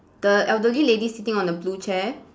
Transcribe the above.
the elderly lady sitting on the blue chair